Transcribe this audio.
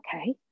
okay